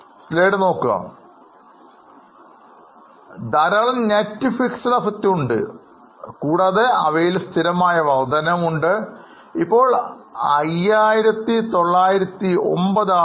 ഇവരൊക്കെ ധാരാളം net fixed asset ഉണ്ട് കൂടാതെ അവയിൽ സ്ഥിരമായ വർധനവും ഉണ്ട് ഇപ്പോൾ 5909ആണ്